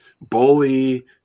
Bully